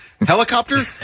Helicopter